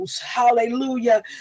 hallelujah